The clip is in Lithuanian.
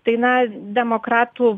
tai na demokratų